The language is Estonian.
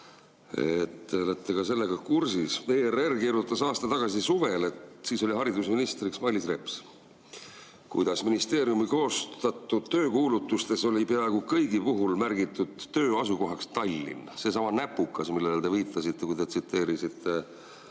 sellega kursis. ERR kirjutas aasta tagasi suvel – siis oli haridusministriks Mailis Reps –, kuidas ministeeriumi koostatud töökuulutustes oli peaaegu kõigi puhul märgitud töö asukohaks Tallinn. Seesama näpukas, millele te viitasite, kui te tsiteerisite